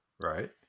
Right